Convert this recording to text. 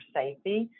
safety